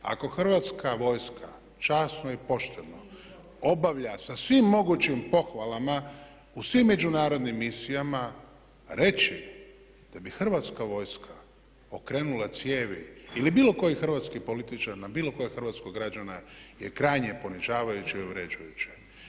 Ako Hrvatska vojska časno i pošteno obavlja sa svim mogućim pohvalama u svim međunarodnim misijama reći da bi Hrvatska vojska okrenula cijevi ili bilo koji hrvatski političar na bilo kojeg hrvatskog građanina je krajnje ponižavajuće i uvredljivo.